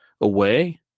Away